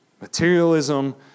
materialism